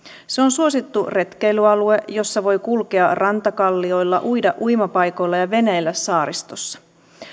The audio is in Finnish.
se on suosittu retkeilyalue jossa voi kulkea rantakallioilla uida uimapaikoilla ja veneillä saaristossa